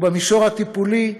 ובמישור הטיפולי,